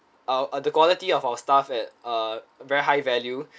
our uh the quality of our staff at uh very high value